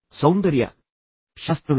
ಕೆಲವು ಸೌಂದರ್ಯಶಾಸ್ತ್ರವೇ